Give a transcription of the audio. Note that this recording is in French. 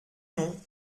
non